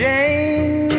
Jane